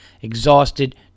Exhausted